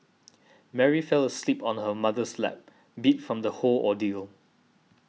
Mary fell asleep on her mother's lap beat from the whole ordeal